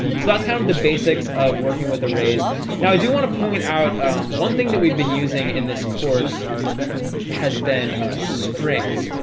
so that's kind of the basics of working with arrays now i do want to point out one thing that we've been using in this course has been strings,